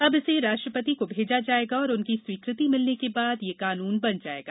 अब इसे राष्ट्रपति को भेजा जाएगा और उनकी स्वीकृति मिलने के बाद यह कानून बन जाएगा